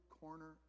corner